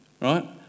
right